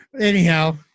Anyhow